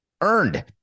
earned